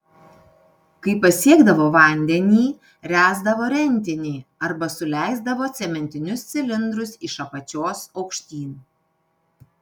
kai pasiekdavo vandenį ręsdavo rentinį arba suleisdavo cementinius cilindrus iš apačios aukštyn